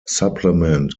supplement